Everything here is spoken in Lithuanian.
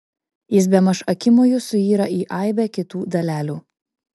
jis bemaž akimoju suyra į aibę kitų dalelių